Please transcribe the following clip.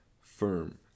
firm